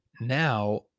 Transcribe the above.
now